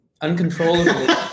uncontrollably